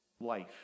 life